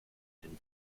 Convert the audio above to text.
den